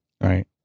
Right